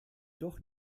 doch